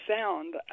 sound